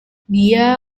dia